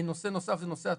נושא נוסף זה נושא התרופות,